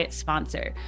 sponsor